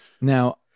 Now